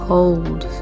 Hold